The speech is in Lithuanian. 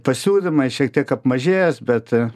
pasiūlymai šiek tiek apmažėjęs bet